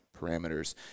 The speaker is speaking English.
parameters